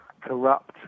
corrupt